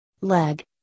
leg